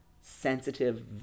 sensitive